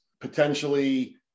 potentially